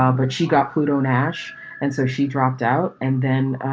but she got put on ash and so she dropped out and then